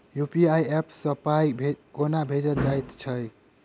UPI app सँ पाई केना भेजल जाइत छैक?